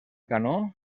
canó